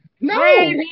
No